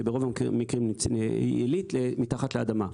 שברוב המקרים היא עילית מתחת לאדמה.